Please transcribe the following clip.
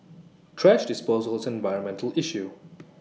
thrash disposal is an environmental issue